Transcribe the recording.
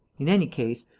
in any case,